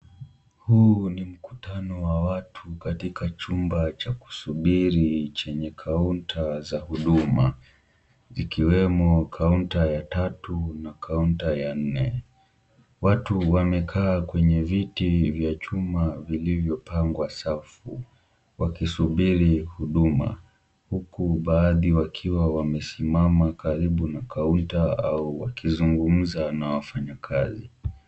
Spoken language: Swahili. Huu ni mkutano wa watu katika chumba cha kusuburi chenye kaunta za huduma vikiwemo kaunta ya tatu na kaunta ya nne. Watu wamekaa kwenye viti vya chuma viliyopangwa safu wakisubiri huduma huku baadhi wakiwa wamesimama karibu na kaunta au wakizungumza na wafanyakazi.